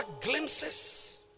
glimpses